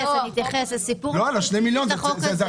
על שני מיליון זה עכשיו.